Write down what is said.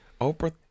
Oprah